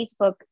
Facebook